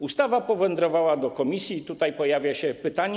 Ustawa powędrowała do komisji i tutaj pojawia się pytanie: